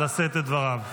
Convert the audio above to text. לשאת את דבריו.